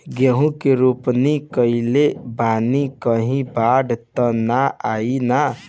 गेहूं के रोपनी कईले बानी कहीं बाढ़ त ना आई ना?